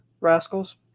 Rascals